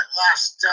last